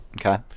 Okay